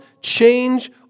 change